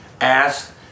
asked